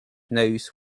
knows